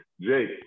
Jake